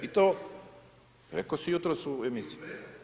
I to,… ... [[Upadica: ne čuje se.]] Rekao si jutros u emisiji.